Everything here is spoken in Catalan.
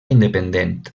independent